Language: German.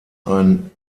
ein